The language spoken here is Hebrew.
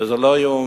וזה לא ייאמן